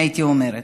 הייתי אומרת.